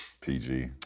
PG